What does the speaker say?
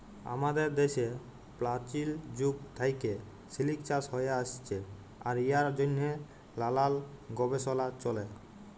আমাদের দ্যাশে পাচীল যুগ থ্যাইকে সিলিক চাষ হ্যঁয়ে আইসছে আর ইয়ার জ্যনহে লালাল গবেষলা চ্যলে